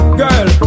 girl